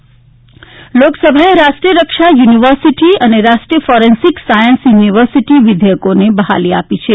Lok Sabha university લોકસભાએ Rashtriya Raksha university અને Rashtriya forensic science university વિધેયકોને બહાલી આપી છે